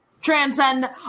transcend